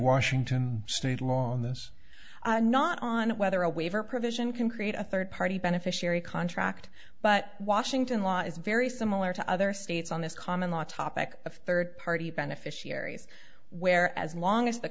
washington state law in this not on whether a waiver provision can create a third party beneficiary contract but washington law is very similar to other states on this common law topic of third party beneficiaries where as long as the